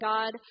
God